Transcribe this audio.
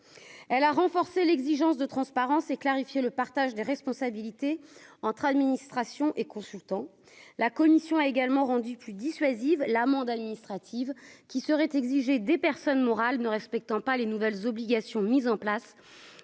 elle a renforcé l'exigence de transparence et clarifier le partage des responsabilités entre administration et consultant, la commission a également rendu plus dissuasive, l'amende administrative qui seraient exigées des personnes morales ne respectant pas les nouvelles obligations mises en place